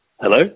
Hello